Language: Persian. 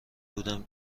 بودم